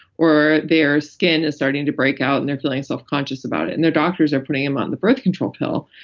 or their skin is starting to break out and they're feeling self-conscious about it and their doctors are putting them on the birth control pill.